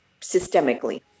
systemically